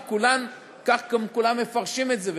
כי כך כולם מפרשים את זה,